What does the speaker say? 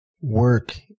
work